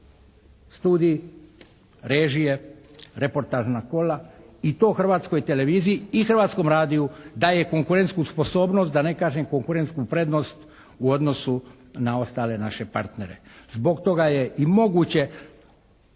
studiji, režije, reportažna kola i to Hrvatskoj televiziji i Hrvatskom radiju daje konkurentsku sposobnost da ne kažem konkurentsku prednost u odnosu na ostale naše partnere. Zbog toga je i moguće